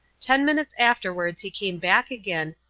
ten minutes afterwards he came back again,